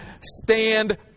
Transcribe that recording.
stand